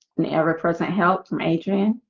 an ever-present help from adrienne